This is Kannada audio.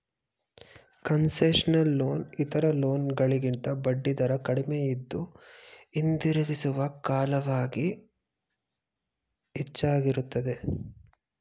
ಕನ್ಸೆಷನಲ್ ಲೋನ್ ಇತರ ಲೋನ್ ಗಳಿಗಿಂತ ಬಡ್ಡಿದರ ಕಡಿಮೆಯಿದ್ದು, ಹಿಂದಿರುಗಿಸುವ ಕಾಲವಾಗಿ ಹೆಚ್ಚಾಗಿರುತ್ತದೆ